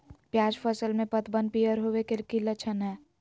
प्याज फसल में पतबन पियर होवे के की लक्षण हय?